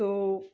તો